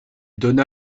donna